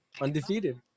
undefeated